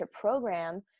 program